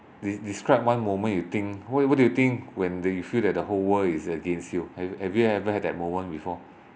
de~ describe one moment you think what do what do you think when they feel that the whole world is against you have have you ever had that moment before